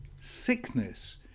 sickness